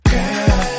Girl